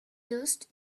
used